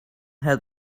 had